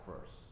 first